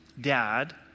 dad